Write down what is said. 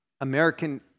American